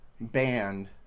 band